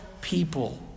people